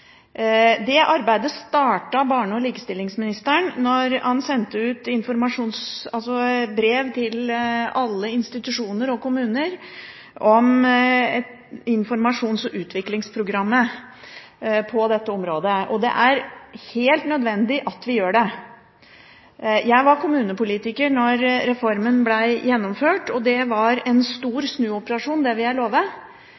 Det arbeidet startet barne-, likestillings- og inkluderingsministeren da han sendte ut brev til alle institusjoner og kommuner om informasjons- og utviklingsprogrammet på dette området. Det er helt nødvendig at vi gjør det. Jeg var kommunepolitiker da reformen ble gjennomført, og det var en stor